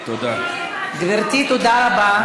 גברתי, תודה רבה.